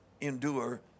endure